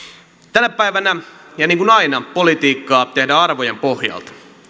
tänä päivänä niin kuin aina politiikkaa tehdään arvojen pohjalta